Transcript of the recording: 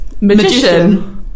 Magician